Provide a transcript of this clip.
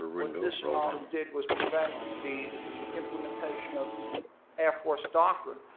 what this um did was prevent the implementation of air force doctrine,